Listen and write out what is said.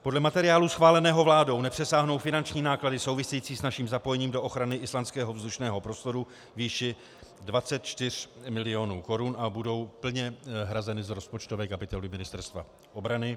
Podle materiálu schváleného vládou nepřesáhnou finanční náklady související s naším zapojením do ochrany islandského vzdušného prostoru výši 24 mil. korun a budou plně hrazeny z rozpočtové kapitoly Ministerstva obrany.